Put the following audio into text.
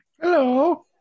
Hello